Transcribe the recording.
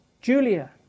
Julia